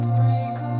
break